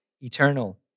eternal